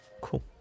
Cool